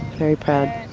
very proud,